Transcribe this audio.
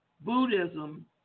Buddhism